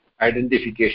identification